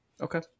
Okay